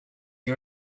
you